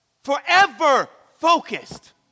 forever-focused